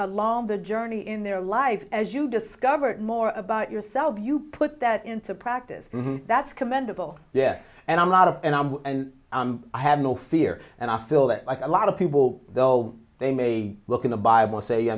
along the journey in their lives as you discover more about yourself you put that into practice that's commendable yes and i'm not and i'm and i have no fear and i feel that i lot of people though they may look in the bible say